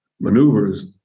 maneuvers